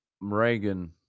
Reagan